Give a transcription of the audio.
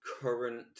current